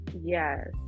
yes